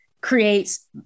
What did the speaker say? creates